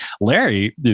Larry